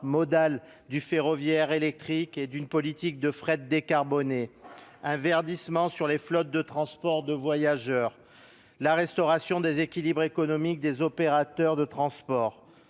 modale du ferroviaire électrique et développer une politique de fret décarbonée, favoriser le verdissement des flottes de transport de voyageurs et restaurer les équilibres économiques des opérateurs de transport.